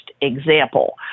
example